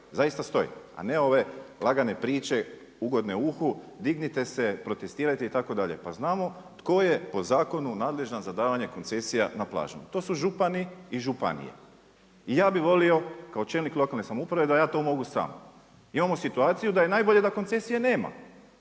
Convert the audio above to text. zaista stoje, a ne ove lagane priče, ugodne uhu, dignite se, protestirajte itd. Pa znamo tko je po zakonu nadležan za davanje koncesije na plažama. To su župani i županije. Ja bi volio kao čelnik lokalne samouprave da ja to mogu sam. Imamo situaciju da je najbolje da koncesije nema.